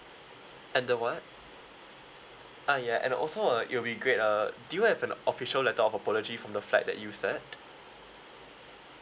and the what ah ya and also uh it will be great uh do you have an official letter of apology from the flight that you sat